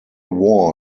war